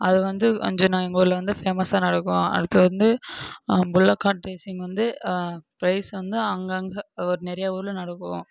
அது வந்து அஞ்சு நாள் எங்கள் ஊரில் வந்து ஃபேமஸாக நடக்கும் அடுத்து வந்து புல்லக் கார்ட் ரேசிங் வந்து ப்ரைஸ் வந்து அங்கங்கேஒரு நிறைய ஊரில் நடக்கும்